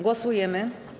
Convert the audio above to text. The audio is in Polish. Głosujemy.